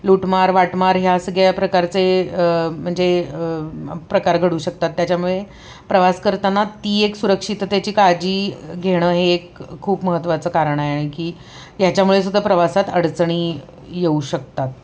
लूटमार वाटमार ह्या सगळ्या प्रकारचे म्हणजे प्रकार घडू शकतात त्याच्यामुळे प्रवास करताना ती एक सुरक्षिततेची काळजी घेणं हे एक खूप महत्त्वाचं कारण आहे की ह्याच्यामुळे सुद्धा प्रवासात अडचणी येऊ शकतात